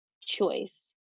choice